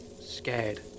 scared